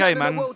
man